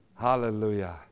hallelujah